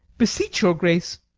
beseech your grace,